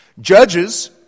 Judges